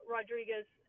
Rodriguez